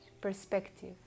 perspective